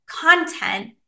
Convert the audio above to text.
content